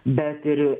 bet ir